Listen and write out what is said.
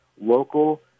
local